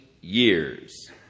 years